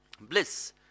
bliss